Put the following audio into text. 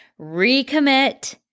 recommit